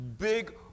big